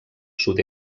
sud